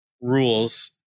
rules